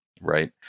right